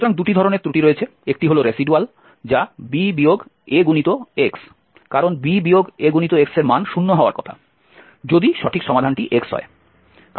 সুতরাং দুটি ধরণের ত্রুটি রয়েছে একটি হল রেসিডুয়াল যা b Ax কারণ b Ax এর মান 0 হওয়ার কথা যদি সঠিক সমাধানটি x হয়